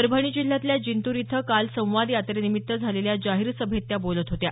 परभणी जिल्ह्यातल्या जिंतूर इथं काल संवाद यात्रेनिमित्त झालेल्या जाहीर सभेत त्या बोलत होत्या